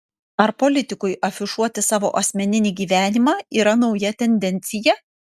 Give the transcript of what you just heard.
ar politikui afišuoti savo asmeninį gyvenimą yra nauja tendencija